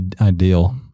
ideal